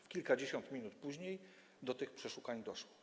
W kilkadziesiąt minut później do tych przeszukań doszło.